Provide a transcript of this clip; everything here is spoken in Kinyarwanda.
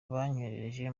banyohereje